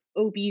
OB